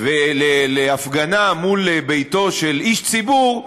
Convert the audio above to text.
להפגנה מול ביתו של איש ציבור,